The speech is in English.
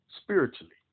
spiritually